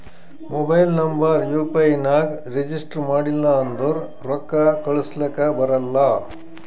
mobile number U P I ನಾಗ್ register ಮಾಡಿಲ್ಲ ಅಂದುರ್ ರೊಕ್ಕಾ ಕಳುಸ್ಲಕ ಬರಲ್ಲ